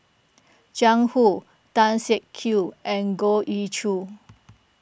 Jiang Hu Tan Siak Kew and Goh Ee Choo